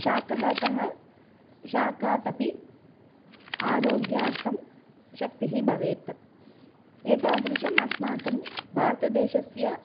शाकतः शाकादपि आरोग्यार्थं शक्तिः भवेत् एतादृशम् अस्माकं भारतदेशस्य